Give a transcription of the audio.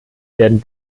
werden